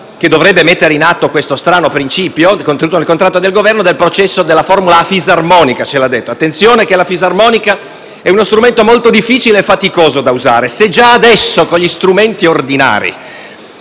che dovrebbe mettere in atto lo strano principio contenuto nel contratto di Governo, del processo della formula a fisarmonica. Attenzione che la fisarmonica è uno strumento molto difficile e faticoso da usare, se già adesso con gli strumenti ordinari,